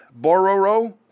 Bororo